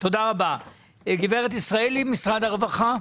גברת ישראלי, משרד הרווחה.